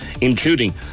including